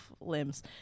limbs